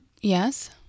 Yes